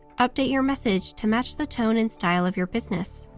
update your message to match the tone and style of your business.